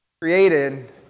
created